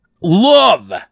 Love